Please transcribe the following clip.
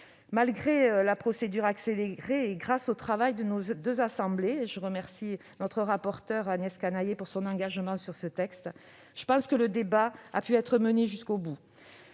Malgré la procédure accélérée et grâce au travail de nos deux assemblées- je remercie notre rapporteur Agnès Canayer pour son engagement sur ce texte -, je pense que le débat a pu être mené jusqu'au bout.